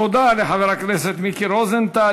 תודה לחבר הכנסת מיקי רוזנטל.